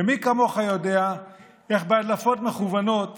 ומי כמוך יודע איך בהדלפות מכוונות